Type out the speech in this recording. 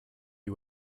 you